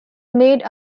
made